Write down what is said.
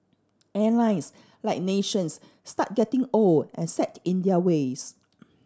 airlines like nations start getting old and set in their ways